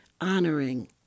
honoring